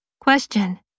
Question